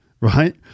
Right